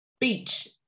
beach